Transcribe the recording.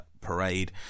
parade